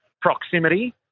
proximity